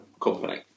company